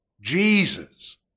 Jesus